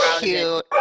cute